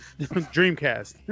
Dreamcast